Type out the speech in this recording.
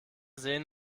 sehen